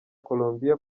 colombia